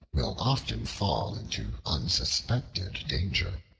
will often fall into unsuspected danger.